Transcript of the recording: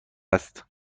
است